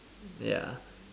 ya